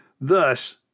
Thus